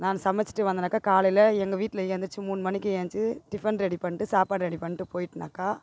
நான் சமைச்சிட்டு வந்தேனாக்கா காலையில் எங்கள் வீட்டில் எழுந்திரிச்சி மூணு மணிக்கு ஏழுந்ச்சி டிஃபன் ரெடி பண்ணிட்டு சாப்பாடு ரெடி பண்ணிட்டு போயிட்டேனாக்கா